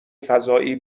فضایی